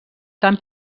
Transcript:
tant